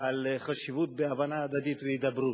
על החשיבות בהבנה הדדית והידברות.